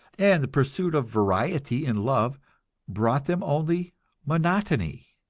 and the pursuit of variety in love brought them only monotony.